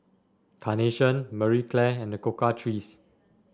Carnation Marie Claire and The Cocoa Trees